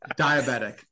diabetic